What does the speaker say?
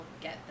get